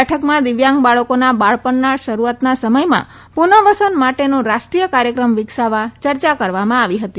બેઠકમાં દિવ્યાંગ બાળકોના બાળપણના શરૂઆતના સમયમાં પુનઃ વસન માટેનો રાષ્ટ્રીય કાર્યક્રમ વિકસાવવા ચર્ચા કરવામાં આવી હતી